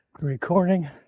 recording